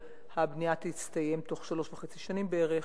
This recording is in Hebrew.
והבנייה תסתיים בתוך שלוש וחצי שנים בערך.